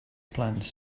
plans